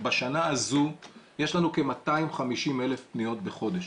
בשנה הזו יש לנו כ-250,000 פניות בחודש.